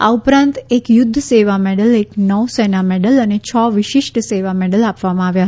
આ ઉપરાંત એક યુધ્ધ સેવા મેડલ એક નૌ સેના મેડલ અને છ વિશિષ્ટ સેવા મેડલ આપવામાં આવ્યા